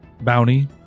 bounty